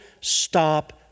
stop